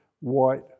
white